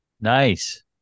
Nice